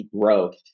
growth